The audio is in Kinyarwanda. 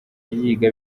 yiga